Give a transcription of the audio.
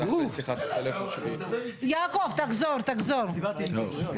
גם תיתנו לו דרכון כי הוא חייב להחזיק לפחות בדרכון אחד?